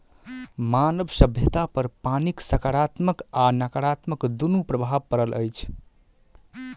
मानव सभ्यतापर पानिक साकारात्मक आ नाकारात्मक दुनू प्रभाव पड़ल अछि